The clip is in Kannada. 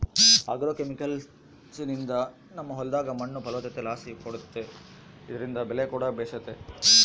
ಆಗ್ರೋಕೆಮಿಕಲ್ಸ್ನಿಂದ ನಮ್ಮ ಹೊಲದಾಗ ಮಣ್ಣು ಫಲವತ್ತತೆಲಾಸಿ ಕೂಡೆತೆ ಇದ್ರಿಂದ ಬೆಲೆಕೂಡ ಬೇಸೆತೆ